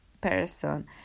person